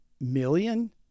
million